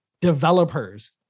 Developers